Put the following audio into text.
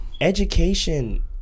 Education